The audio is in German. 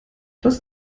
das